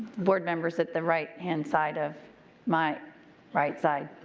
board members at the right hand side of my right side.